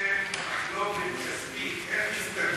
אותי, אם תהיה מחלוקת כספית, איך יסתדרו?